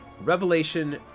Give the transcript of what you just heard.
Revelation